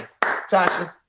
Tasha